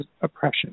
oppression